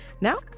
Now